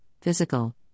physical